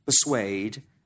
persuade